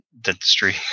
dentistry